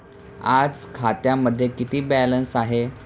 आज खात्यामध्ये किती बॅलन्स आहे?